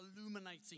illuminating